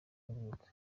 yavutse